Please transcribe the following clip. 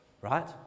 right